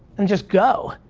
then just go,